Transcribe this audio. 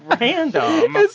random